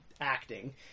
acting